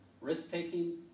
risk-taking